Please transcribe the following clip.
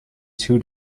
two